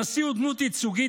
הנשיא הוא דמות ייצוגית,